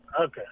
Okay